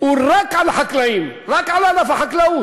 הוא רק על החקלאים, רק על ענף החקלאות.